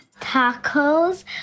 Tacos